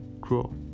Grow